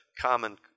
common